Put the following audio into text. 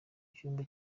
cyumba